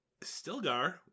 Stilgar